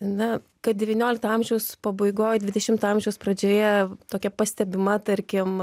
na kad devyniolikto amžiaus pabaigoj dvidešimto amžiaus pradžioje tokia pastebima tarkim